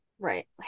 right